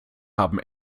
haben